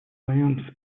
моем